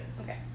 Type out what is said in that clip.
Okay